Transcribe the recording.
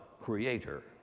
Creator